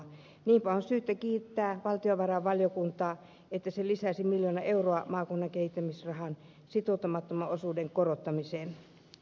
niinpä on syytä kiittää valtiovarainvaliokuntaa että se lisäsi miljoona euroa maakunnan kehittämisrahan ei sidotun osan korottamiseen